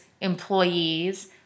employees